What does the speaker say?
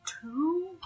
two